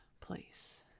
place